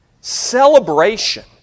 Celebration